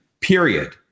period